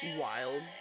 wild